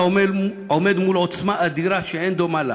אתה עומד מול עוצמה אדירה שאין דומה לה.